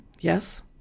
Yes